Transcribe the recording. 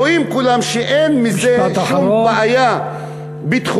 רואים כולם שאין מזה שום בעיה ביטחונית,